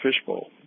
fishbowl